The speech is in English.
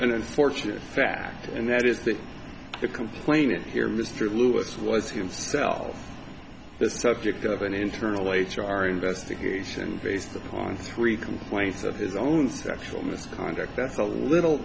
an unfortunate fact and that is that the complainant here mr lewis was himself the subject of an internal h r investigation based upon three complaints of his own sexual misconduct that's a little